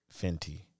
Fenty